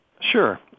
Sure